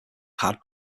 had